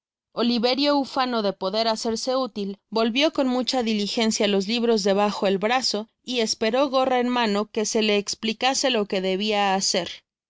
oliverio ufano de poder hacerse útil volvió con mucha dili gencia los libros debajo el brazo y esperó gorra en mano que se le explicase lo que debia bacer i